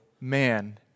man